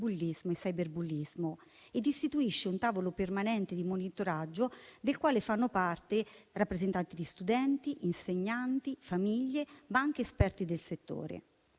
e cyberbullismo ed istituisca un tavolo permanente di monitoraggio, del quale fanno parte rappresentanti di studenti, insegnanti, famiglie, ma anche esperti del settore.